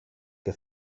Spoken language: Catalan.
que